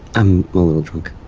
i'm a little drunk